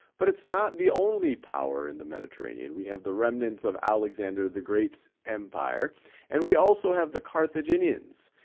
but it's not the only power in the mediterranean. we have the remnants of alexander the great's empire and we also have the carthaginians.